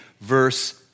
verse